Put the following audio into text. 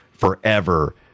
Forever